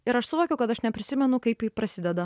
ir aš suvokiau kad aš neprisimenu kaip ji prasideda